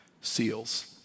seals